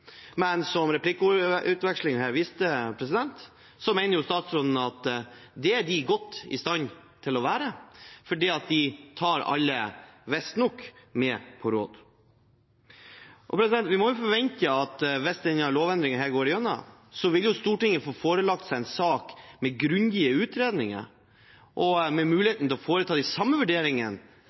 Men som replikkvekslingen her viste, mener statsråden at det er regjeringen godt i stand til å være, fordi de – visstnok – tar alle med på råd. Vi må forvente at hvis denne lovendringen går gjennom, vil Stortinget få seg forelagt en sak med grundige utredninger og med muligheten til å foreta de samme vurderingene